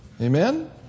Amen